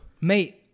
Mate